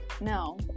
no